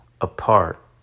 apart